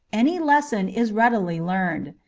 any lesson is readily learned.